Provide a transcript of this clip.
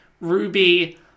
Ruby